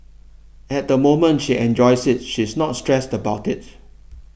at the moment she enjoys it she is not stressed about it